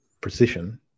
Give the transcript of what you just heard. precision